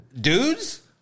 dudes